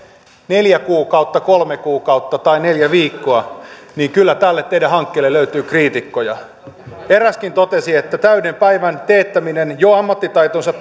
neljä kuukautta kolme kuukautta tai neljä viikkoa niin kyllä tälle teidän hankkeellenne löytyy kriitikkoja eräskin totesi että täyden päivän teettäminen jo ammattitaitonsa